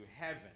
heaven